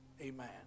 Amen